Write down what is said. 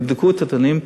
תבדקו את הנתונים,